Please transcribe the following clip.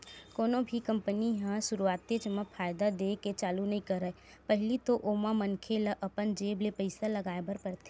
कोनो भी कंपनी ह सुरुवातेच म फायदा देय के चालू नइ करय पहिली तो ओमा मनखे ल अपन जेब ले पइसा लगाय बर परथे